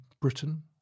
Britain